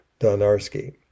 Donarski